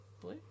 blue